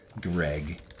Greg